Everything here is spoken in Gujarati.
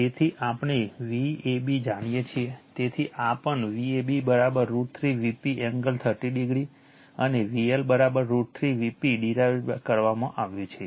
તેથી આપણે Vab જાણીએ છીએ તેથી આ પણ Vab √ 3 Vp એંગલ 30o અને VL √ 3 Vp ડીરાઇવ્ડ કરવામાં આવ્યું છે